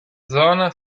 zone